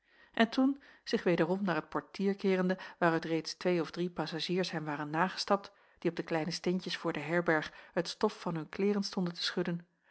en toen zich wederom naar het portier keerende waaruit reeds twee of drie passagiers hem waren nagestapt die op de kleine steentjes voor de herberg het stof van hun kleêren stonden te schudden